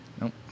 Nope